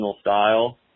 style